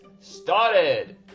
started